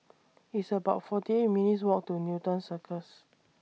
It's about forty eight minutes' Walk to Newton Circus